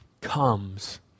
comes